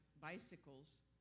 bicycles